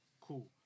cool